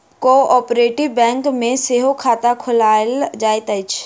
cooperative bank मे सेहो खाता खोलायल जाइत अछि